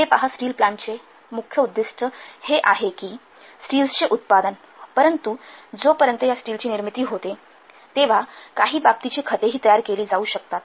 हे पहा स्टील प्लांटचे हे मुख्य उद्दीष्ट हे आहे कि स्टील्सचे उत्पादन परंतु जोपर्यंत या स्टील्सची निर्मिती होते तेव्हा काही बाबतीची खतेही तयार केली जातात